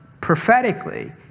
prophetically